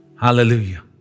Hallelujah